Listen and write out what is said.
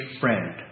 friend